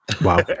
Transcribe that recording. Wow